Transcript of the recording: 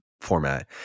format